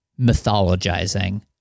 mythologizing